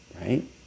right